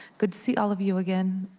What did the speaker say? good to see all of you again.